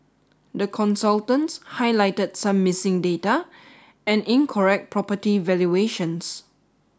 the consultants highlighted some missing data and incorrect property valuations